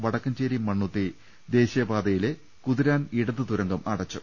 വടക്കഞ്ചേരി മണ്ണൂത്തി ദേശീയ പാതയിലെ കുതിരാൻ ഇടതു തുരങ്കം അടച്ചു